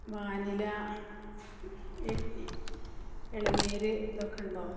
vanilla ഇളനീര് ഇതൊക്കെ ഉണ്ടോ